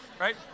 right